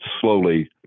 slowly